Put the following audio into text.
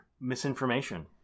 misinformation